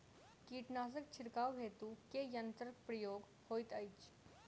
कीटनासक छिड़काव हेतु केँ यंत्रक प्रयोग होइत अछि?